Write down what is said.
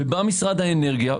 ובא משרד האנרגיה,